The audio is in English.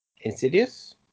Insidious